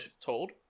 told